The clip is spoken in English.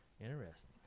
interesting